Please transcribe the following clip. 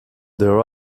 there